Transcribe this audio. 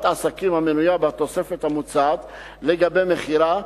עסקים המנויה בתוספת המוצעת לגבי מכירה,